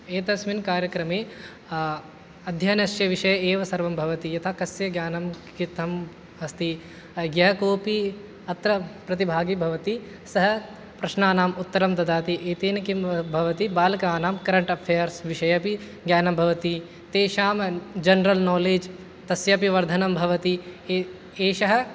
एतस्मिन् कार्यक्रमे अध्ययनस्य विषये एव सर्वं भवति यथा कस्य ज्ञानं कथम् अस्ति यः कोपि अत्र प्रतिभागी भवति सः प्रश्नानाम् उत्तरं ददाति एतेन किं भवति बालाकानां करेण्ट् अफ़ेयर्स् विषयेऽपि ज्ञानं भवति तेषां जनरल् नालेज् तस्य अपि वर्धनं भवति ए एषः